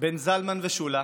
זלמן ושולה,